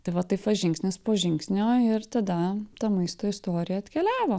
tai va taip va žingsnis po žingsnio ir tada ta maisto istorija atkeliavo